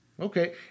Okay